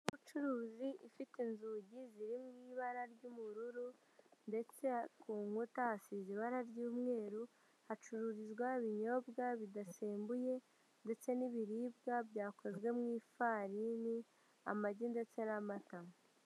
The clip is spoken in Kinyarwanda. Umucuruzi ufite inzugi ziri mu ibara ry'ubururu ndetse ku nkuta hasize ibara ry'umweru, hacururizwa ibinyobwa bidasembuye ndetse n'ibiribwa byakozwe mu ifarini, amagi ndetse n'amata.